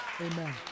Amen